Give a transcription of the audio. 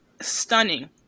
stunning